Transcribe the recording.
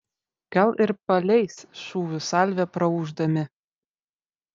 gal ir paleis šūvių salvę praūždami